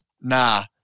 nah